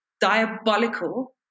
diabolical